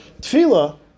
Tefillah